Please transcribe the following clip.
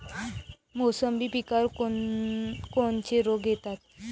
मोसंबी पिकावर कोन कोनचे रोग येतात?